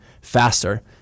faster